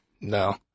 no